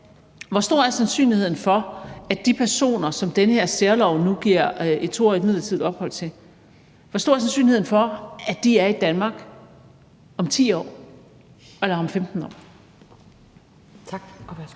Hvor stor er sandsynligheden for, at de personer, som den her særlov nu giver et 2-årigt midlertidigt ophold til, er i Danmark om 10 år eller om 15 år?